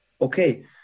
okay